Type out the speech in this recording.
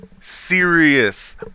Serious